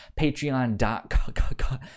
patreon.com